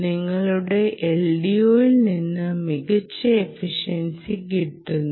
നിങ്ങളുടെ LDOയിൽ നിന്ന് മികച്ച എഫിഷ്യൻസി കിട്ടുന്നു